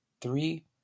three